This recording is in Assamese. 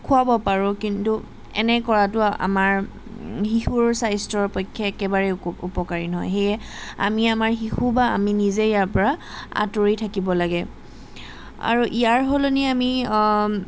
খুৱাব পাৰোঁ কিন্তু এনে কৰাটো আমাৰ শিশুৰ স্বাস্থ্যৰ পক্ষে একেবাৰে উক উপকাৰী নহয় সেয়ে আমি আমাৰ শিশু বা আমি নিজে ইয়াৰ পৰা আঁতৰি থাকিব লাগে আৰু ইয়াৰ সলনি আমি